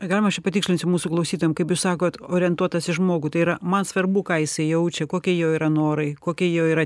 a galima aš čia patikslinsiu mūsų klausytojam kaip jūs sakot orientuotas į žmogų tai yra man svarbu ką jisai jaučia kokie jo yra norai kokia jo yra